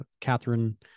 Catherine